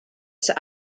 sir